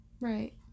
Right